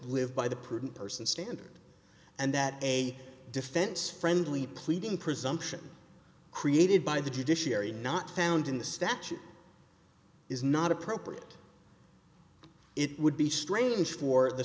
live by the prudent person standard and that a defense friendly pleading presumption created by the judiciary not found in the statute is not appropriate it would be strange for the